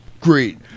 Great